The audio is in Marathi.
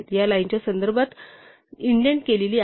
या लाईन च्या संदर्भात इंडेंट केलेली आहे